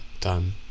done